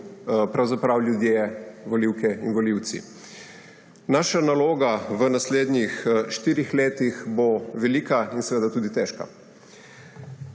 pravzaprav ljudje, volivke in volivci. Naša naloga v naslednjih štirih letih bo velika in seveda tudi težka.